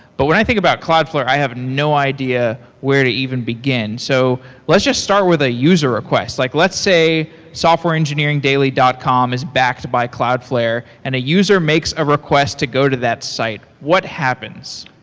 but when i think about cloudflare, i have no idea where to even begin. so let's just start with a user request, like let's say softwareengineeringdaily dot com is backed by cloudflare and a user makes a request to go to that site. what happens?